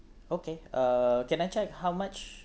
okay uh can I check how much